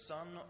Son